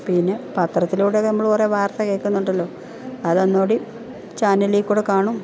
പിന്നെ പത്രത്തിലൂടെ ഒക്കെ നമ്മൾ കുറേ വാർത്ത കേൾക്കുന്നുണ്ടല്ലൊ അത് ഒന്നുംകൂടി ചാനലിൽ കൂടെ കാണും